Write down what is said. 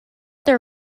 their